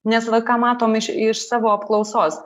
nes va ką matom iš iš savo apklausos